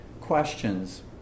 questions